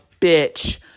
bitch